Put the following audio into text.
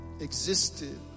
existed